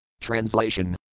translation